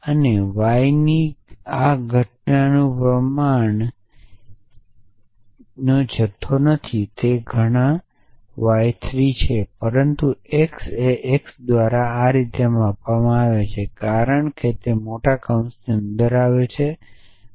અને y ની આ ઘટનાનું પ્રમાણ જથ્થો નથી તેથી આ ઘટના y 3 છે પરંતુ x એ x દ્વારા આ જ રીતે માપવામાં આવે છે કારણ કે તે મોટા કૌંસની અંદર આવે છે